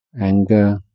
anger